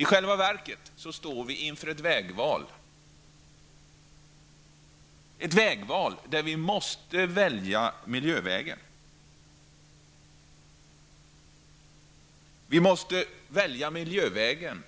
I själva verket står vi inför ett vägval, där vi måste välja miljövägen